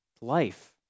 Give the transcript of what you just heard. Life